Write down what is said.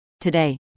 Today